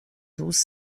douze